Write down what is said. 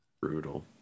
Brutal